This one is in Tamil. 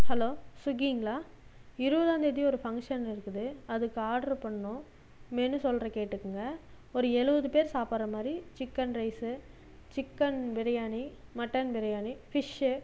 ஹலோ சுகிங்களா இருபதாந்தேதி ஒரு ஃபங்க்ஷன் இருக்குது அதுக்கு ஆர்ட்ரு பண்ணணும் மெனு சொல்றேன் கேட்டுக்குங்க ஒரு எழுபது பேர் சாப்பிட்ற மாதிரி chicken rice chicken biryani mutton biryani fish